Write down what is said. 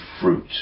fruit